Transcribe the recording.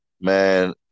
man